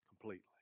Completely